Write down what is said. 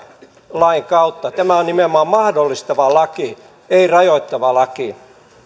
lain kautta tämä on nimenomaan mahdollistava laki ei rajoittava laki